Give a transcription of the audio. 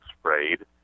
sprayed